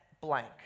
blank